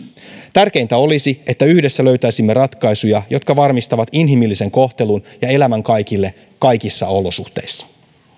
tärkeintä olisi että yhdessä löytäisimme ratkaisuja jotka varmistavat inhimillisen kohtelun ja elämän kaikille kaikissa olosuhteissa